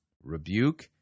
Rebuke